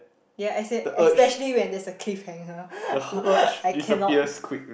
ya as in especially when there's a cliffhanger I cannot